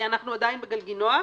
עדיין בגלגינוע.